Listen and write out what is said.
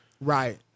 Right